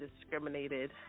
discriminated